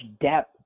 depth